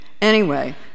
Anyway